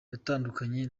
yatandukanye